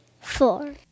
four